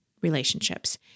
relationships